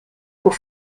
pour